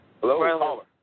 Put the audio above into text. Hello